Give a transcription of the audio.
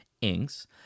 inks